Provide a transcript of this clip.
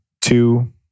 two